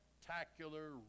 spectacular